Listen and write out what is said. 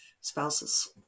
spouses